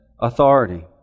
authority